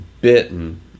bitten